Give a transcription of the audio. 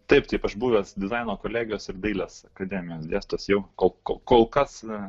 taip taip aš buvęs dizaino kolegijos ir dailės akademijos dėstytojas jau ko kol kas na